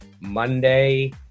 Monday